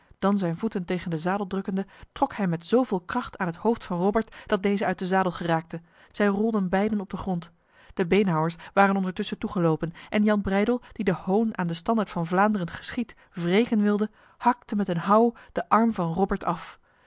dan zijn voeten tegen de zadel drukkende trok hij met zoveel kracht aan het hoofd van robert dat deze uit de zadel geraakte zij rolden beiden op de grond de beenhouwers waren ondertussen toegelopen en jan breydel die de hoon aan de standaard van vlaanderen geschied wreken wilde hakte met een houw de arm van robert af